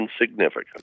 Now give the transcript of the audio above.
Insignificant